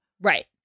Right